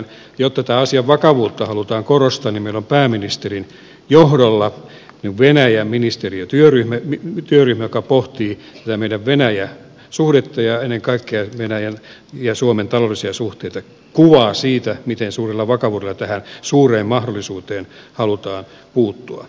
koska tämän asian vakavuutta halutaan korostaa meillä on pääministerin johdolla venäjä ministeriötyöryhmä joka pohtii tätä meidän venäjä suhdetta ja ennen kaikkea venäjän ja suomen taloudellisia suhteita kuvaa siitä miten suurella vakavuudella tähän suureen mahdollisuuteen halutaan puuttua